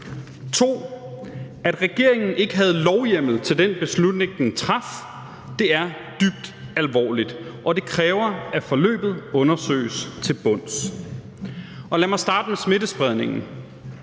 2) at regeringen ikke havde lovhjemmel til den beslutning, den traf, er dybt alvorligt og kræver, at forløbet undersøges til bunds. Lad mig starte med smittespredningen.